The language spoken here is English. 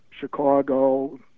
Chicago